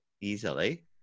easily